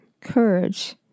courage